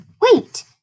Wait